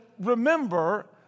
remember